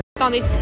Attendez